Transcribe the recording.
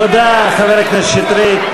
תודה, חבר הכנסת שטרית.